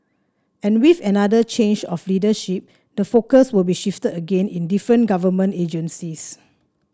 and with another change of leadership the focus will be shifted again in different government agencies